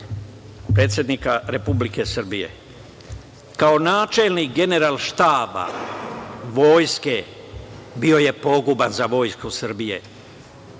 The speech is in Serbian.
predsednika Republike Srbije, kao načelnik Generalštaba Vojske bio je poguban za Vojsku Srbije,